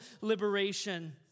liberation